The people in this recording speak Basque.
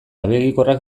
abegikorrak